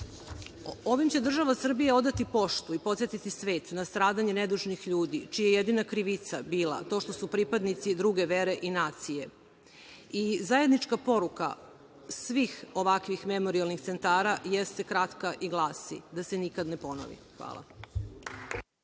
Ovim će država Srbija odati poštu i podsetiti svet na stradanje nedužnih ljudi, čija je jedina krivica bila to što su pripadnici druge vere i nacije. Zajednička poruka svih ovakvih memorijalnih centara jeste kratka i glasi – da se nikad ne ponovi. Hvala.